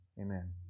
amen